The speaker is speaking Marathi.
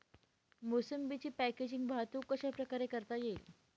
मोसंबीची पॅकेजिंग वाहतूक कशाप्रकारे करता येईल?